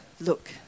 look